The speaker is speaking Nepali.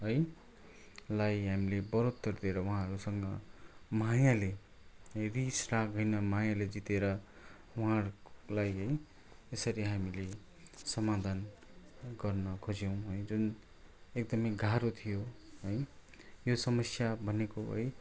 है लाई हामीले बढोत्तर दिएर उहाँहरूसँग मायाले रिसराग होइन मायाले जितेर उहाँहरूलाई है यसरी हामीले समाधान गर्न खोज्यौँ है जुन एकदमै गाह्रो थियो है यो समस्या भनेको है